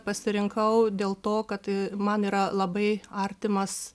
pasirinkau dėl to kad tai man yra labai artimas